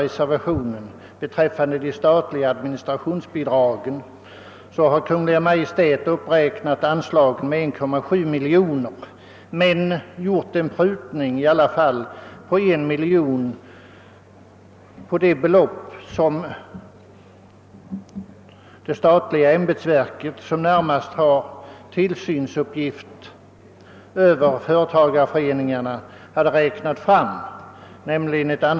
Reservationen 1 handlar om det statliga administrationsbidraget, som Kungl. Maj:t har räknat upp med 1,7 miljoner kronor men ändå prutat en miljon på det belopp på 8,5 miljoner som det statliga ämbetsverk som har tillsynsuppgift över företagareföreningarna räknat fram.